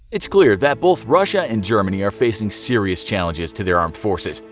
it's clear that both russia and germany are facing serious challenges to their armed forces,